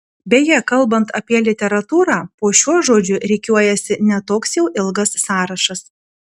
beje kalbant apie literatūrą po šiuo žodžiu rikiuojasi ne toks jau ilgas sąrašas